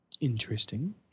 interesting